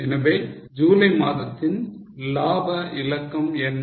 எனவே ஜூலை மாதத்தின் லாப இலக்கம் என்ன